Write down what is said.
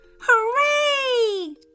Hooray